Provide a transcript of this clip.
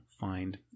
find